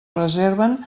reserven